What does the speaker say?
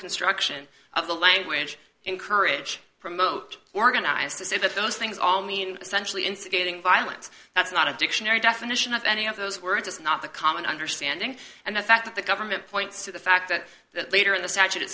construction of the language encourage promote organize to say that those things all mean essentially instigating violence that's not a dictionary definition of any of those words it's not the common understanding and the fact that the government points to the fact that the later in the statute it